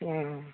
हँ